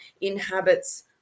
inhabits